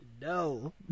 No